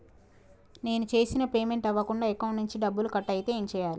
నేను చేసిన పేమెంట్ అవ్వకుండా అకౌంట్ నుంచి డబ్బులు కట్ అయితే ఏం చేయాలి?